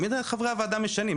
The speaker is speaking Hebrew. תמיד חברי הוועדה משנים.